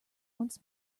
once